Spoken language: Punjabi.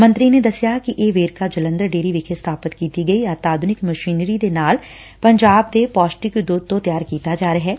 ਮੰਤਰੀ ਨੇ ਦਸਿਆ ਕਿ ਇਹ ਵੇਰਕਾ ਜਲੰਧਰ ਡੇਅਰੀ ਵਿਖੇ ਸਬਾਪਤ ਕੀਤੀ ਗਈ ਅਤਿ ਆਧੁਨਿਕ ਮਸ਼ੀਨਰੀ ਦੇ ਨਾਲ ਪੰਜਾਬ ਦੇ ਪੌਸ਼ਟਿਕ ਦੁੱਧ ਤੋਂ ਤਿਆਰ ਕੀਤਾ ਜਾ ਰਿਹੈ